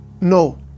No